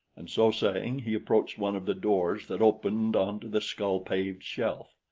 and so saying he approached one of the doors that opened onto the skull-paved shelf.